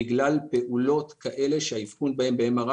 בגלל פעולות כאלה שהאבחון בהן ב-MRI